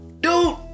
Dude